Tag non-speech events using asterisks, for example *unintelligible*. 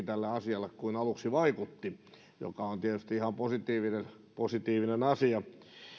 *unintelligible* tälle asialle laajempi tuki kuin aluksi vaikutti se on tietysti ihan positiivinen positiivinen asia